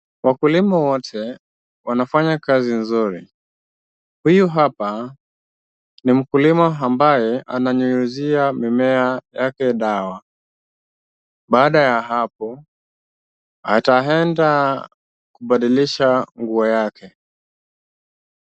Wakulima wote wanafanya kazi nzuri. Huyu hapa ni mkulima ambaye ananyunyizia mimea yake dawa. Baada ya hapo, ataenda kubadilisha nguo yake.